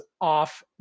off